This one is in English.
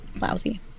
lousy